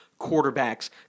quarterbacks